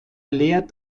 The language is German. lehrt